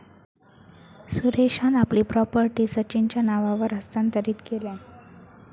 सुरेशान आपली प्रॉपर्टी सचिनच्या नावावर हस्तांतरीत केल्यान